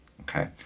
okay